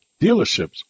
dealerships